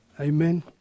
Amen